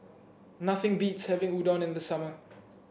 nothing beats having Udon in the summer